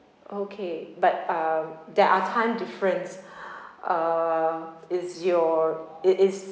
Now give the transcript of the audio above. okay but um there are time difference uh is your it is